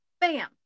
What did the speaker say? Bam